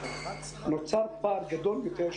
נוצר פער גדול יותר,